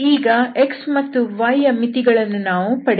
ಈಗ x ಮತ್ತು y ಯ ಮಿತಿಗಳನ್ನು ನಾವು ಪಡೆಯಬೇಕು